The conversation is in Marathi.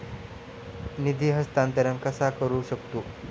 निधी हस्तांतर कसा करू शकतू?